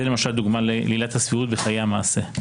זה למשל דוגמה לעילת הסבירות בחיי המעשה.